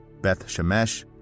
Beth-Shemesh